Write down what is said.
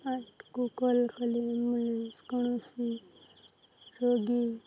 ଆଠକୁ କଲ୍ କଲେ ମିଳେ କୌଣସି ରୋଗୀ